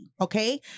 okay